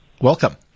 Welcome